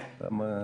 מיקי,